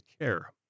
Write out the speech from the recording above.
care